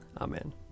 Amen